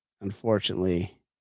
unfortunately